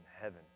heaven